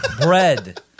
bread